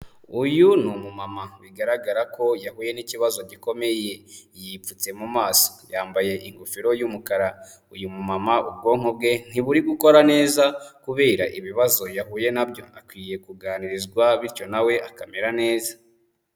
Uyu ni umumama bigaragara ko yahuye n'ikibazo gikomeye, yipfutse mu maso, yambaye ingofero y'umukara, uyu mamama ubwonko bwe ntiburi gukora neza, kubera ibibazo yahuye na byo, akwiye kuganirizwa bityo na we akamera neza.